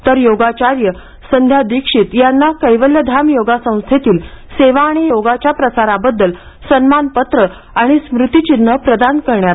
तर योगाचार्या संध्या दिक्षीत यांना कैवल्यधाम योगा संस्थेतील सेवा आणि योगाच्या प्रसाराबद्दल सन्मानपत्र आणि स्मृतिचिन्ह प्रदान करण्यात आले